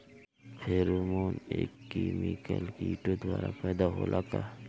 Pheromone एक chemical किटो द्वारा पैदा होला का?